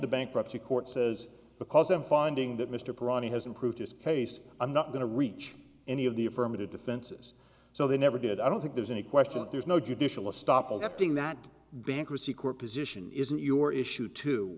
the bankruptcy court says because i'm finding that mr prodi has improved his case i'm not going to reach any of the affirmative defenses so they never did i don't think there's any question that there's no judicial a stopgap thing that bankruptcy court position isn't your issue to